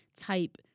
type